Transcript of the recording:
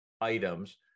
items